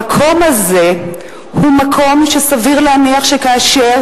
המקום הזה הוא מקום שסביר להניח שכאשר